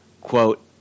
Quote